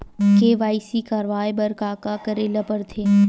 KYC करवाय बर का का करे ल पड़थे?